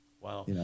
Wow